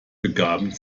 begaben